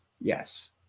Yes